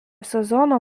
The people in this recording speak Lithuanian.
sezono